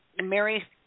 Mary